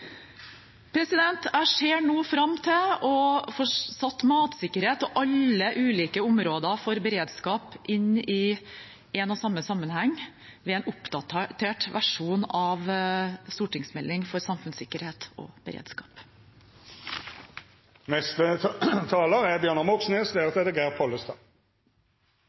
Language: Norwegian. å få satt matsikkerhet og alle ulike områder for beredskap inn i en og samme sammenheng ved en oppdatert versjon av stortingsmeldingen om samfunnssikkerhet og beredskap. Koronakrisen har nok en gang vist oss hvor viktig det er